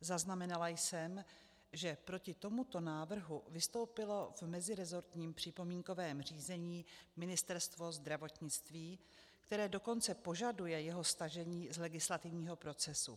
Zaznamenala jsem, že proti tomuto návrhu vystoupilo v meziresortním připomínkovém řízení Ministerstvo zdravotnictví, které dokonce požaduje jeho stažení z legislativního procesu.